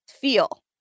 feel